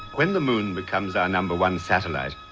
when the moon becomes our number one satellite,